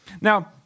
Now